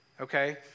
okay